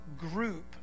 group